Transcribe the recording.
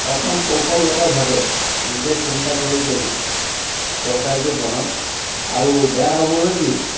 অকমান কৌশলগতভাৱে নিজে চিন্তা কৰি কৰি তৰকাৰীটো বনাওঁ আৰু বেয়া হ'বলৈ নিদোঁ